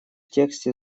тексте